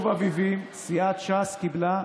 אביבים סיעת ש"ס קיבלה,